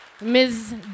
Ms